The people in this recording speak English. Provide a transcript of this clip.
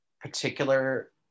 particular